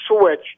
switch